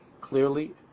clearly